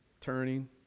turning